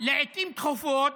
לעיתים תכופות